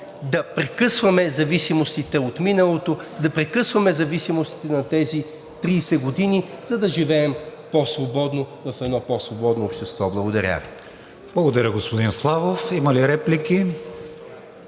да прекъсваме зависимостите от миналото, да прекъсваме зависимостите на тези 30 години, за да живеем по-свободно в едно по-свободно общество. Благодаря Ви. ПРЕДСЕДАТЕЛ КРИСТИАН ВИГЕНИН: Благодаря, господин Славов. Има ли реплики?